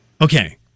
Okay